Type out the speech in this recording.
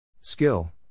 Skill